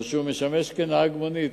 או שהוא משמש כנהג מונית,